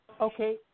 okay